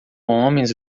homens